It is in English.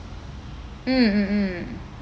mm mm mm